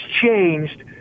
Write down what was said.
changed